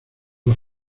los